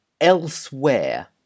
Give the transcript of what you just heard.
elsewhere